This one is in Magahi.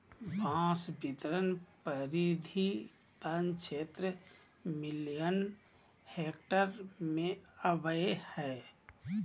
बांस बितरण परिधि वन क्षेत्र मिलियन हेक्टेयर में अबैय हइ